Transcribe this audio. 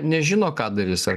nežino ką darys ar